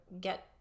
get